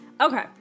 Okay